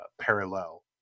parallel